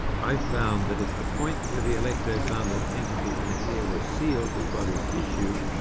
i found that if the point where the electrode bundle entered the inner ear was sealed with body tissue,